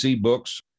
books